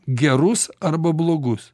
gerus arba blogus